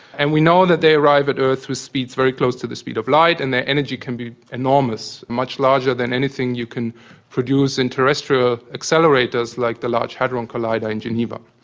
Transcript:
and we know that they arrive at earth with speeds very close to the speed of light and their energy can be enormous, much larger than anything you can produce in terrestrial accelerators like the large hadron collider in geneva.